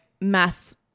Mass